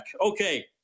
Okay